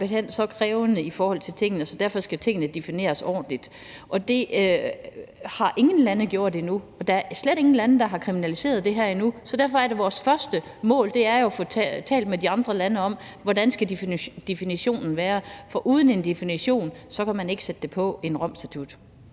så krævende i forhold til tingene, at tingene derfor skal defineres ordentligt. Det har ingen lande gjort endnu. Der er slet ingen lande, der har kriminaliseret det her endnu. Så derfor er vores første mål at få talt med de andre lande om, hvordan definitionen skal være, for uden en definition kan man ikke sætte det på en Romstatut.